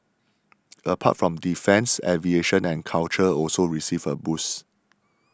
apart from defence aviation and culture also received a boost